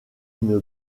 une